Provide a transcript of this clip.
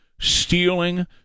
stealing